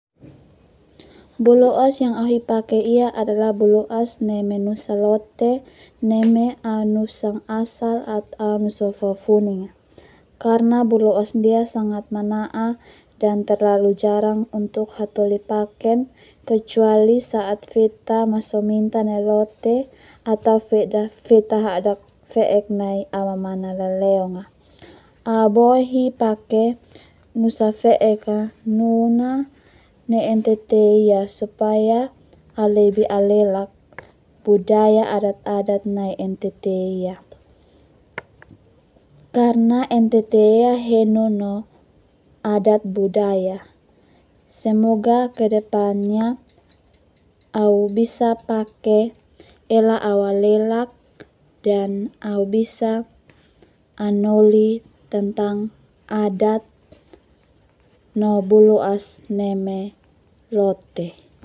Buloas yang au hi pake ia adalah buloas neme nusa lonte neme au nusa asal atau au nusa fuafuni, karena buloas ndia sangat mana'a dan terlalu jarang untuk hatoli paken kecuali saat feta maso minta nai lonte atau feta hadak nai au Mamana laleong a. Au Boe hi pake nusa feek a nun a nai ntt ia. Supaya au lebih alelak budaya adat adat nai NTT ia, karena NTT ia henun no adat budaya. Semoga ke depannya au bisa pake Ela AU alelak, dan au bisa anoli tentang adat no buloas neme lote.